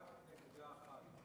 רק נקודה אחת.